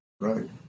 Right